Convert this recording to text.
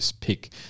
pick